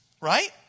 right